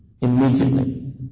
immediately